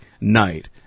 night